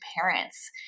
parents